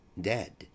dead